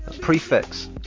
Prefix